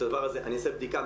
אני אעשה בדיקה.